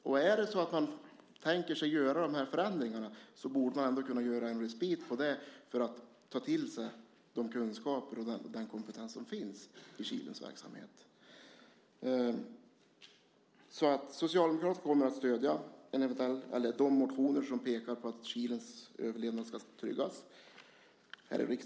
Tänker man sig att göra förändringar borde man ändå kunna lämna en respit för att ta till sig de kunskaper och den kompetens som finns i Kilens verksamhet. Socialdemokraterna kommer att stödja de motioner här i riksdagen som föreslår att Kilens överlevnad ska tryggas.